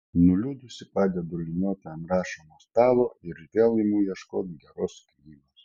nuliūdusi padedu liniuotę ant rašomojo stalo ir vėl imu ieškoti geros knygos